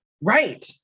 Right